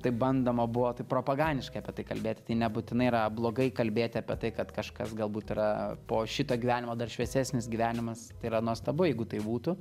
taip bandoma buvo taip propagandiškai apie tai kalbėti tai nebūtinai yra blogai kalbėti apie tai kad kažkas galbūt yra po šito gyvenimo dar šviesesnis gyvenimas tai yra nuostabu jeigu tai būtų